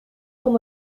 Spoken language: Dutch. van